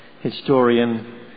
historian